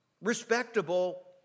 respectable